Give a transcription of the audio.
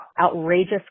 outrageous